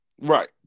Right